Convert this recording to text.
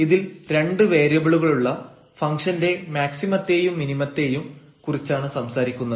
ഇതിൽ രണ്ട് വേരിയബിളുകളുള്ള ഫങ്ക്ഷന്റെ മാക്സിമത്തെയും മിനിമംത്തെയും കുറിച്ചാണ് സംസാരിക്കുന്നത്